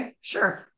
sure